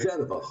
זה הדבר החמור.